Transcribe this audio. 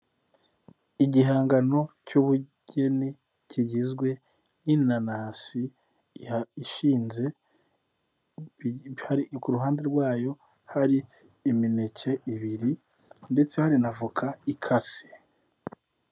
Igihangano cy'ubugeni kigizwe n'inanasi ishinze, ku ruhande rwayo hari imineke ibiri ndetse na avoka ikase.